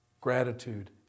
gratitude